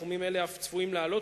סכומים אלה אף צפויים לעלות,